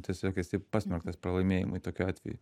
tiesiog esi pasmerktas pralaimėjimui tokiu atveju